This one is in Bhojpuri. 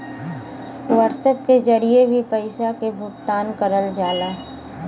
व्हाट्सएप के जरिए भी पइसा क भुगतान करल जा सकला